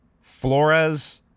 Flores